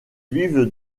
vivent